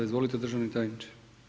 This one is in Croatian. Izvolite državni tajniče.